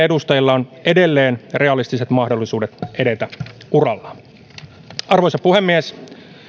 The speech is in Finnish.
edustajilla on edelleen realistiset mahdollisuudet edetä urallaan arvoisa puhemies